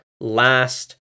last